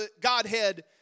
Godhead